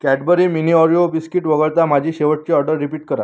Cadbury mini Oreo biscuit वगळता माझी शेवटची ऑर्डर रिपीट करा